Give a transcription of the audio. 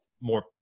more